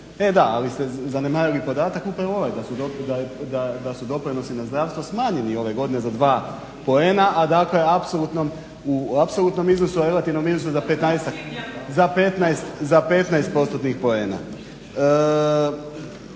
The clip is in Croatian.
E da, ali ste zanemarili podatak upravo ovaj da su doprinosi na zdravstvo smanjeni za 2 poena, a dakle u apsolutnom iznosu u relativnom iznosu za 15%-tnih poena.